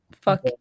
fuck